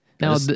Now